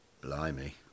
Blimey